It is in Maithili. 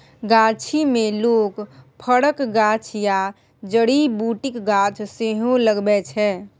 गाछी मे लोक फरक गाछ या जड़ी बुटीक गाछ सेहो लगबै छै